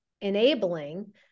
enabling